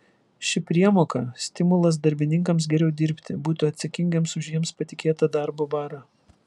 ši priemoka stimulas darbininkams geriau dirbti būti atsakingiems už jiems patikėtą darbo barą